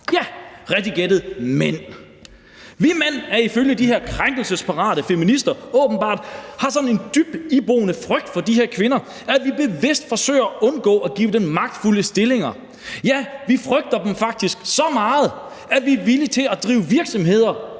ja, rigtigt gættet, mænd. Vi mænd har åbenbart ifølge de her krænkelsesparate feminister en så dybt iboende frygt for de her kvinder, at vi bevidst forsøger at undgå at give dem magtfulde stillinger. Ja, vi frygter dem faktisk så meget, at vi er villige til at drive virksomheder